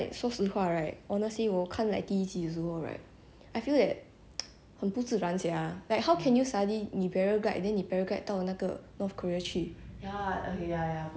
很不自然 sia like how can you sudde~ 你 paraglide then 你 paraglide 到那个 north korea 去 that that part okay like 就是 like 有点不自然 lor but then afterwards